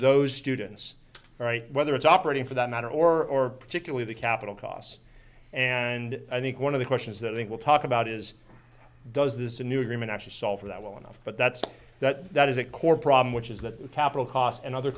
those students right whether it's operating for that matter or particularly the capital costs and i think one of the questions that i think we'll talk about is does this new agreement actually solve that well enough but that's that that is a core problem which is that capital costs and other